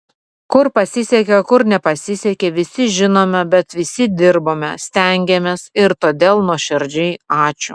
kur pasisekė kur nepasisekė visi žinome bet visi dirbome stengėmės ir todėl nuoširdžiai ačiū